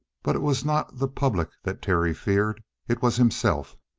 but it was not the public that terry feared. it was himself.